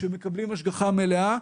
שמקבלים השגחה מלאה,